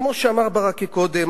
כמו שאמר ברכה קודם,